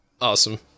Awesome